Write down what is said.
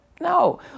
No